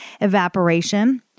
evaporation